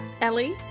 Ellie